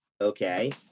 okay